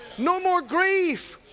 no more grief.